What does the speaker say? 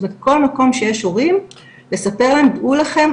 זאת אומרת כל מקום שיש הורים לספר להם דעו לכם,